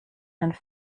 and